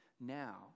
Now